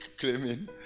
claiming